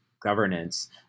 governance